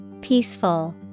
Peaceful